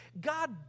God